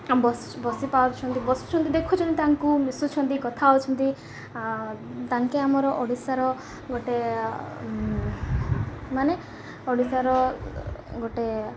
ବସି ପାାରୁଛନ୍ତି ବସୁଛନ୍ତି ଦେଖୁଛନ୍ତି ତାଙ୍କୁ ମିଶୁଛନ୍ତି କଥା ହେଉଛନ୍ତି ତାଙ୍କେ ଆମର ଓଡ଼ିଶାର ଗୋଟେ ମାନେ ଓଡ଼ିଶାର ଗୋଟେ